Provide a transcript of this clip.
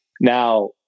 Now